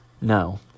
No